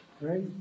right